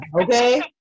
Okay